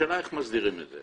השאלה איך מסדירים את זה.